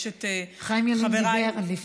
חיים ילין דיבר לפני כן.